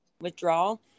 withdrawal